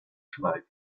tonight